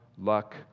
luck